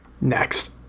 Next